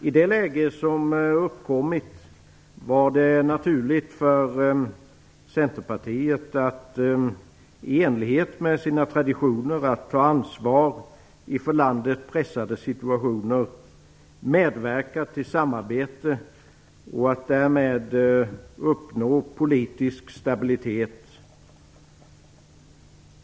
I det läge som uppkommit var det naturligt för Centerpartiet att, i enlighet med sina traditioner att ta ansvar i för landet pressade situationer, medverka till samarbete och att därmed uppnå politisk stabilitet.